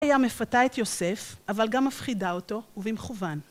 היה מפתה את יוסף, אבל גם מפחידה אותו ובמכוון.